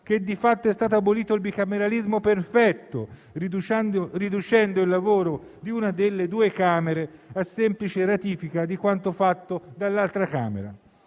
che di fatto è stato abolito il bicameralismo perfetto, riducendo il lavoro di una delle due Camere a semplice attività di ratifica di quanto fatto dall'altra.